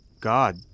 God